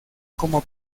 como